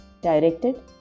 directed